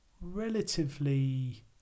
relatively